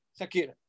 sakira